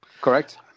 Correct